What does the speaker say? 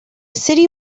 city